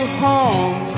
home